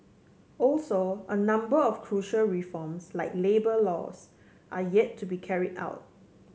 also a number of crucial reforms like labour laws are yet to be carry out